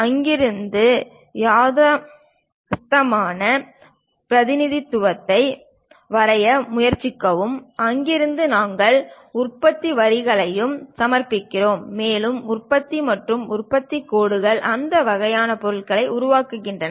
அங்கிருந்து யதார்த்தமான பிரதிநிதித்துவத்தை வரைய முயற்சிக்கவும் அங்கிருந்து நாங்கள் உற்பத்தி வரிகளுக்கு சமர்ப்பிக்கிறோம் மேலும் உற்பத்தி மற்றும் உற்பத்தி கோடுகள் அந்த வகையான பொருளை உருவாக்குகின்றன